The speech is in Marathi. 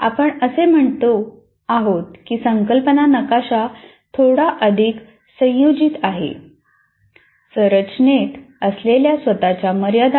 आपण असे म्हणत आहोत की संकल्पना नकाशा थोडा अधिक संयोजित आहे संरचनेत असल्याने स्वतच्या मर्यादा आहेत